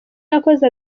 yakoze